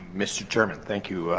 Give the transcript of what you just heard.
mister chairman, thank you.